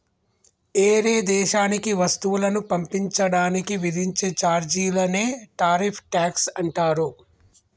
ఏరే దేశానికి వస్తువులను పంపించడానికి విధించే చార్జీలనే టారిఫ్ ట్యాక్స్ అంటారు